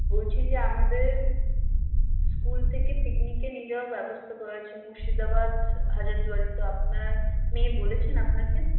বলছি যে আমাদের স্কুল থেকে পিকনিকে নিয়ে যাওয়ার ব্যবস্থা করা হয়েছে মুর্শিদাবাদ হাজারদুয়ারি তো আপনার মেয়ে বলেছেন আপনাকে